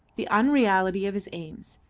the unreality of his aims,